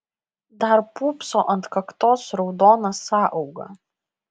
dar pūpso ant kaktos raudona sąauga